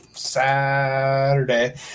saturday